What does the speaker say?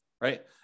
right